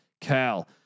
Cal